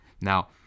Now